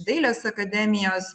dailės akademijos